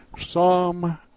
Psalm